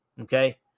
Okay